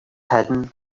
hidden